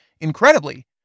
incredibly